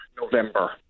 November